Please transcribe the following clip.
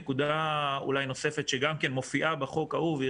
נקודה נוספת שגם כן מופיעה בחוק ההוא והיא